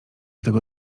tego